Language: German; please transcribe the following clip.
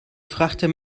frachter